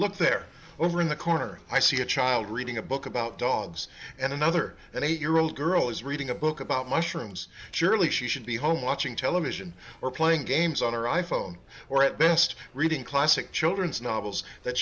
look there over in the corner i see a child reading a book about dogs and another an eight year old girl is reading a book about mushrooms surely she should be home watching television or playing games on her i phone or at best reading classic children's novels that